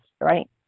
right